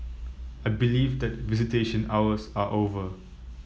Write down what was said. I believe that visitation hours are over